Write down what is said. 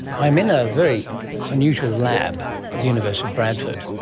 i am in a very unusual lab at the university of bradford,